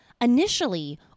Initially